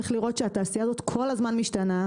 צריך לראות שהתעשייה הזאת כל הזמן משתנה,